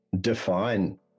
define-